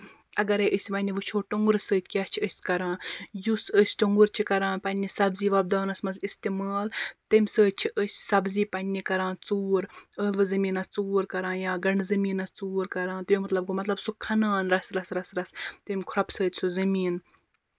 اَگرے أسۍ وۅنۍ وُچھو ٹۅنٛگرٕ سۭتۍ کیٛاہ چھِ أسۍ کران یُس أسۍ ٹۅنٛگُر چھُ کران پَنٕنہِ سَبزی وۄپداونَس منٛز اِستعمال تَمہِ سۭتۍ چھِ أسۍ سَبزی پَنٕنہِ کران ژوٗر ٲلوٕ زٔمیٖنَس ژوٗر کران یا گنٛڈٕ زٔمیٖنَس ژوٗر کران تَمیُک مطلب گوٚو سُہ کھنان رَژھ رَژھ رَژھ تَمہِ کھرٛۅپہِ سۭتۍ سُہ زٔمیٖن